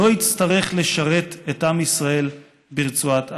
לא יצטרך לשרת את עם ישראל ברצועת עזה".